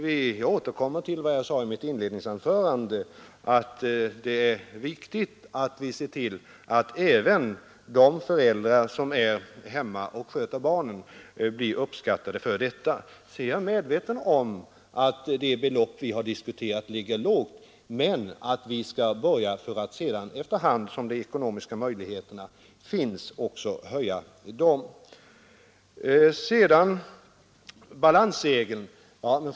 Jag återkommer till vad jag sade i mitt inledningsanförande att det är viktigt att vi ser till att även de föräldrar som är hemma och sköter barn blir uppskattade för detta. Jag är medveten om att de belopp vi har diskuterat ligger lågt, men vi får börja där för att sedan efter hand som de ekonomiska möjligheterna finns höja beloppen. Sedan till balansregeln.